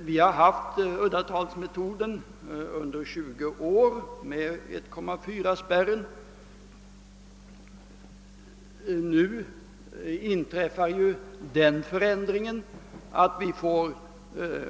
Vi har haft uddatalsmetoden med 1,4-spärren under 20 år. Nu görs den förändringen att vi får